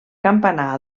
campanar